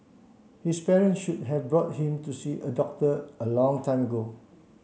his parents should have brought him to see a doctor a long time ago